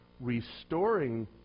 restoring